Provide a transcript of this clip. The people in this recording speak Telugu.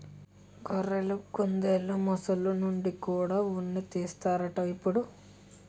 గొర్రెలు, కుందెలు, మొసల్ల నుండి కూడా ఉన్ని తీస్తన్నారట ఇప్పుడు